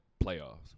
playoffs